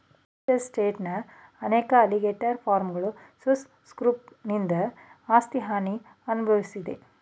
United ಸ್ಟೇಟ್ಸ್ನ ಅನೇಕ alligator ಫಾರ್ಮ್ಗಳು ಸುಸ್ ಸ್ಕ್ರೋಫನಿಂದ ಆಸ್ತಿ ಹಾನಿಯನ್ನು ಅನ್ಭವ್ಸಿದೆ